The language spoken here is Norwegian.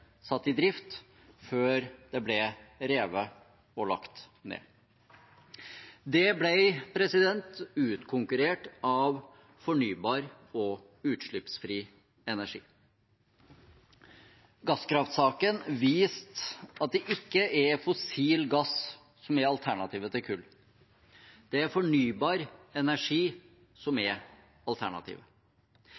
satt i drift før det ble revet og lagt ned. Det ble utkonkurrert av fornybar og utslippsfri energi. Gasskraftsaken viste at det ikke er fossil gass som er alternativet til kull. Det er fornybar energi som er